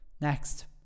Next